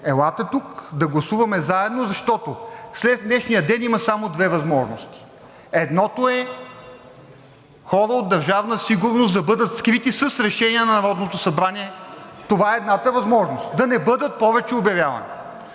елате тук да гласуваме заедно, защото след днешния ден има само две възможности. Едната е хора от Държавна сигурност да бъдат скрити с решение на Народното събрание. Това е едната възможност – да не бъдат повече обявявани.